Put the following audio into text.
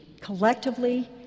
collectively